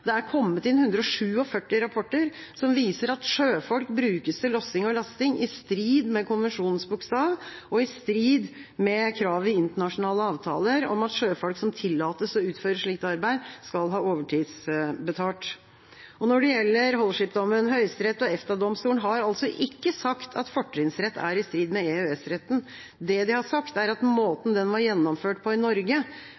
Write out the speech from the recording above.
Det er kommet inn 147 rapporter som viser at sjøfolk brukes til lossing og lasting, i strid med konvensjonens bokstav og i strid med krav i internasjonale avtaler om at sjøfolk som tillates å utføre slikt arbeid, skal ha overtidsbetalt. Når det gjelder Holship-dommen: Høyesterett og EFTA-domstolen har ikke sagt at fortrinnsrett er i strid med EØS-retten. Det de har sagt, er at